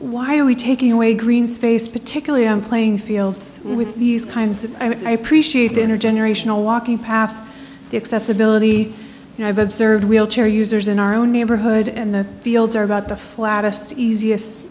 why are we taking away green space particularly on playing fields with these kinds of i appreciate intergenerational walking past the accessibility and i've observed wheelchair users in our own neighborhood and the fields are about the